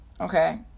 Okay